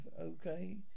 okay